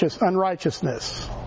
unrighteousness